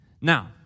Now